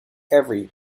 every